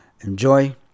Enjoy